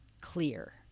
clear